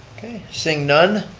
okay, seeing none,